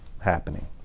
happening